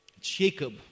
Jacob